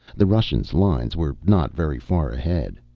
the russians' lines were not very far ahead.